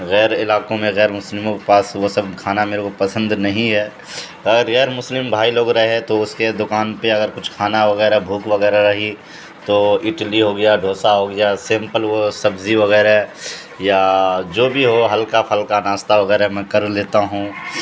غیر علاقوں میں غیرمسلموں کے پاس وہ سب کھانا میرے کو پسند نہیں ہے ا غیرمسلم بھائی لوگ رہے تو اس کے دکان پہ اگر کچھ کھانا وغیرہ بھوک وغیرہ رہی تو اٹلی ہو گیا ڈھوسا ہو گیا سمپل وہ سبزی وغیرہ یا جو بھی ہو ہلکا پھلکا ناشستہ وغیرہ میں کر لیتا ہوں